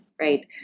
right